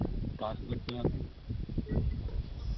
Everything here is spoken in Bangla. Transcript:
দেখতে পান নি